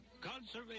Conservation